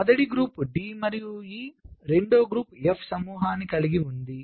మొదటి group D మరియు E రెండవ గ్రూపు F సమూహాన్ని కలిగి ఉన్నది